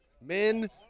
Men